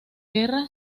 guerra